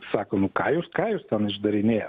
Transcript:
sako nu ką jūs ką jūs ten išdarinėjat